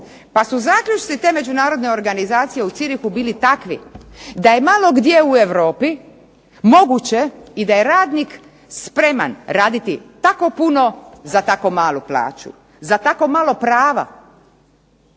pa su zaključci te međunarodne organizacije u Zürichu bili takvi da je malo gdje u Europi moguće i da je radnik spreman raditi tako puno za tako malu plaću, za tako malo prava.